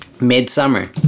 Midsummer